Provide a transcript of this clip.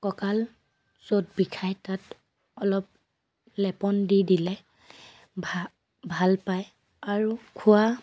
ককাল য'ত বিষায় তাত অলপ লেপন দি দিলে ভা ভাল পায় আৰু খোৱা